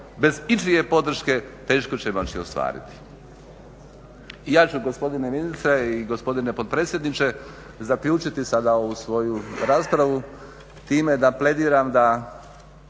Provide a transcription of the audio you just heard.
bez ičije podrške teško će i moći ostvariti. I ja ću gospodine ministre i gospodine potpredsjedniče zaključiti sada ovu svoju raspravu time da plediram da